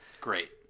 Great